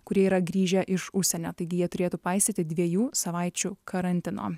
kurie yra grįžę iš užsienio taigi jie turėtų paisyti dviejų savaičių karantino